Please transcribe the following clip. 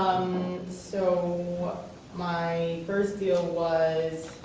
so my first deal was,